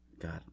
God